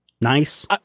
Nice